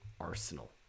Arsenal